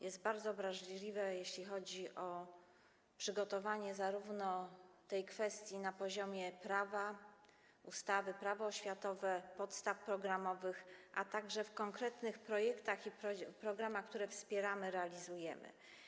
Jest bardzo wrażliwe, jeśli chodzi o przygotowanie tej kwestii na poziomie prawa, ustawy Prawo oświatowe, podstaw programowych, a także w konkretnych projektach i programach, które wspieramy, realizujemy.